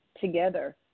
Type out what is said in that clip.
together